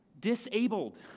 Disabled